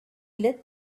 lit